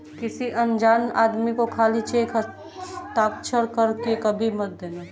किसी अनजान आदमी को खाली चेक हस्ताक्षर कर के कभी मत देना